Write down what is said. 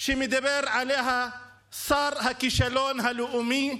שמדבר עליה שר הכישלון הלאומי,